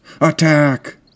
ATTACK